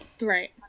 right